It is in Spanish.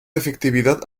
efectividad